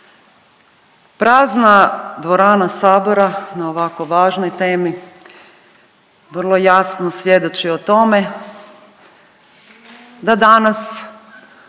Prazna dvorana Sabora na ovako važnoj temi vrlo jasno svjedoči o tome da danas